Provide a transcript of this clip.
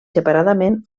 separadament